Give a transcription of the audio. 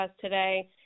today